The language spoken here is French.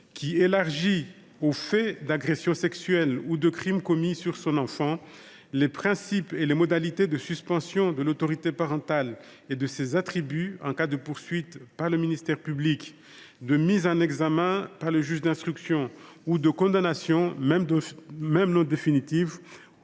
qui élargit aux faits d’agression sexuelle ou de crime commis sur son enfant les principes et les modalités de suspension de l’autorité parentale et de ses attributs en cas de poursuite par le ministère public, de mise en examen par le juge d’instruction ou de condamnation, même non définitive,